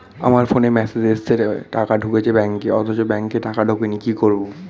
আমার ফোনে মেসেজ এসেছে টাকা ঢুকেছে ব্যাঙ্কে অথচ ব্যাংকে টাকা ঢোকেনি কি করবো?